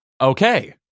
Okay